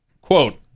Quote